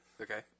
Okay